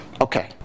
Okay